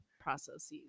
processes